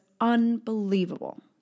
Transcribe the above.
unbelievable